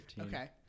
Okay